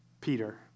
Peter